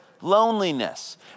loneliness